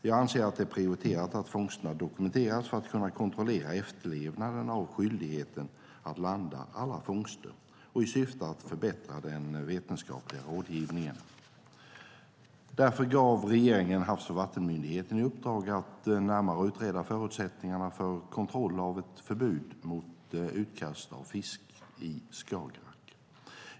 Jag anser att det är prioriterat att fångsterna dokumenteras för att man ska kunna kontrollera efterlevnaden av skyldigheten att landa alla fångster och i syfte att förbättra den vetenskapliga rådgivningen. Därför gav regeringen Havs och vattenmyndigheten i uppdrag att närmare utreda förutsättningarna för kontroll av ett förbud mot utkast av fisk i Skagerrak.